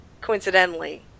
Coincidentally